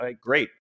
great